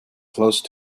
close